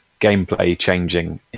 gameplay-changing